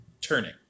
turning